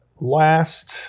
last